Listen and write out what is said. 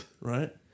right